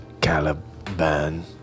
Caliban